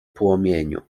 płomieniu